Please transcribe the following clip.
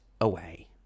away